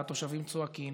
והתושבים צועקים,